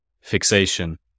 fixation